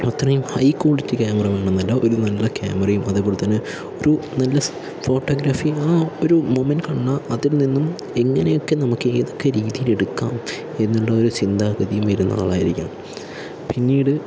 അത്രയും high quality camera വേണമെന്നില്ല ഒരു നല്ല ക്യാമറയും അതേപോലെ തന്നെ ഒരു നല്ല ഫോട്ടോഗ്രാഫി ആ ഒരു മോമന്റ്റ് കണ്ടാൽ അതിൽ നിന്നും എങ്ങനെയൊക്കെ നമുക്ക് ഏതൊക്കെ രീതിയിലെടുക്കാം എന്നുള്ളൊരു ചിന്താഗതി വരുന്ന ആളായിരിക്കണം പിന്നീട്